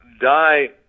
die